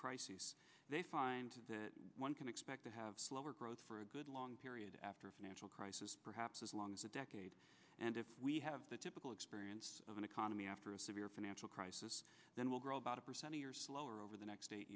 crises they find that one can expect to have slower growth for a good long period after a financial crisis perhaps as long as a decade and if we have the typical experience of an economy after a severe financial crisis then we'll grow about a percent a year slower over the next eight